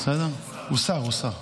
הוא שר.